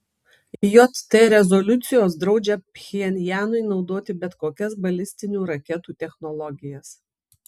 jt rezoliucijos draudžia pchenjanui naudoti bet kokias balistinių raketų technologijas